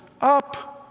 up